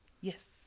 Yes